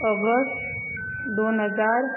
August दोन हजार